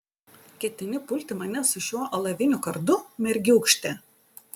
ketini pulti mane su šiuo alaviniu kardu mergiūkšte